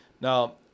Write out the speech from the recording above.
Now